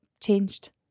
changed